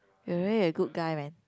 you're really a good guy man